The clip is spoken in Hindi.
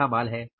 तो यहां माल है